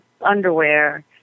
underwear